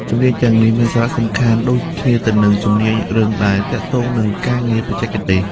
ជំនាញទាំងនេះមានសារៈសំខាន់ដូចគ្នាទៅនឹងជំនាញរឹងដែលទាក់ទងនឹងការងារបច្ចេកទេស។